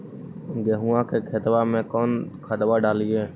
गेहुआ के खेतवा में कौन खदबा डालिए?